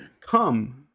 come